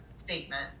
statement